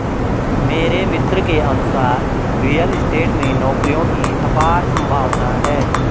मेरे मित्र के अनुसार रियल स्टेट में नौकरियों की अपार संभावना है